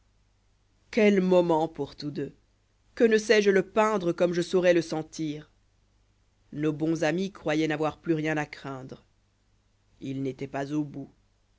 quel moment pour tous deux que ne sais-je lé peindre comme je saurais le sentir nos bons amis croyoient n'avoir plus rien à craindre ils n'étoient pas au bout